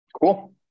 Cool